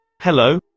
Hello